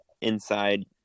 inside